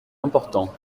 important